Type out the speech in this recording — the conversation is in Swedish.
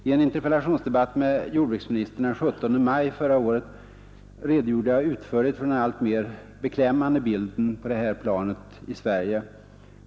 I en interpellationsdebatt med jordbruksministern den 17 maj förra året redogjorde jag utförligt för den alltmer beklämmande bilden på det här planet i Sverige.